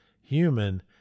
human